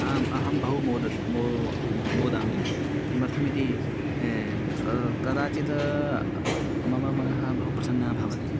आम् अहं बहु मोदे मोदे मोदे मोदे किमर्थम् इति कदाचित् मम मनः बहु प्रसन्नं भवति